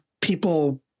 people